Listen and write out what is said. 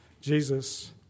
Jesus